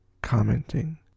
commenting